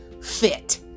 Fit